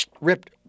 ripped